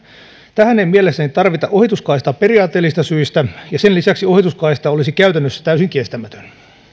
tähän ei mielestäni tarvita ohituskaistaa periaatteellisista syistä ja sen lisäksi ohituskaista olisi käytännössä täysin kestämätön